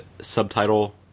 subtitle